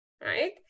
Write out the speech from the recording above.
right